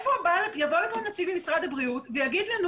יבוא לפה נציג ממשרד הבריאות ויגיד לנו